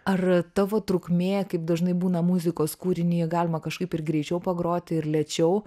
ar tavo trukmė kaip dažnai būna muzikos kūriny jį galima kažkaip ir greičiau pagroti ir lėčiau